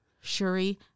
Shuri